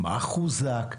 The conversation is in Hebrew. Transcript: מה חוזק?